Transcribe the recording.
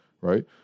right